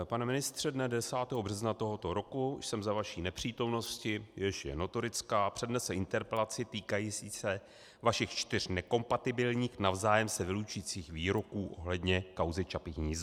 Pane ministře, dne 10. března tohoto roku jsem za vaší nepřítomnosti, jež je notorická, přednesl interpelaci týkající se vašich čtyř nekompatibilních, navzájem se vylučujících výroků ohledně kauzy Čapí hnízdo.